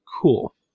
Cool